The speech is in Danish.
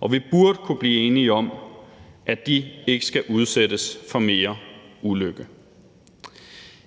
og vi burde kunne blive enige om, at de ikke skal udsættes for mere ulykke.